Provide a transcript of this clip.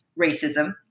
racism